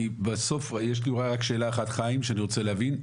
בסוף אולי רק שאלה אחת שאני רוצה להבין,